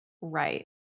Right